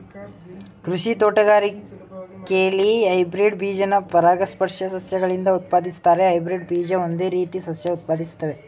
ಕೃಷಿ ತೋಟಗಾರಿಕೆಲಿ ಹೈಬ್ರಿಡ್ ಬೀಜನ ಪರಾಗಸ್ಪರ್ಶ ಸಸ್ಯಗಳಿಂದ ಉತ್ಪಾದಿಸ್ತಾರೆ ಹೈಬ್ರಿಡ್ ಬೀಜ ಒಂದೇ ರೀತಿ ಸಸ್ಯ ಉತ್ಪಾದಿಸ್ತವೆ